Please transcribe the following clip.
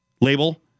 label